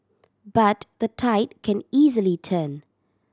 but the tide can easily turn